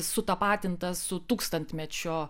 sutapatintas su tūkstantmečio